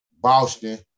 Boston